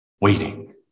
waiting